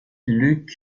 luc